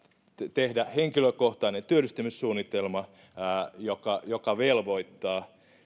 tehdä henkilökohtainen työllistymissuunnitelma joka joka velvoittaa